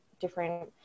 different